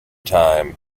time